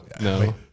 No